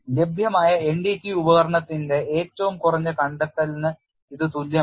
ലഭ്യമായ NDT ഉപകരണത്തിന്റെ ഏറ്റവും കുറഞ്ഞ കണ്ടെത്തലിന് ഇത് തുല്യമല്ല